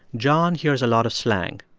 john hears a lot of slang.